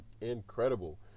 incredible